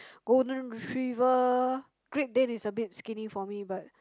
golden retriever great dane is a bit skinny for me but